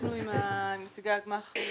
נפגשנו עם נציגי הגמ"חים